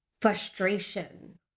frustration